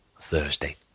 Thursday